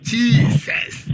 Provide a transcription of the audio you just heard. Jesus